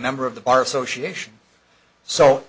member of the bar association so